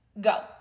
Go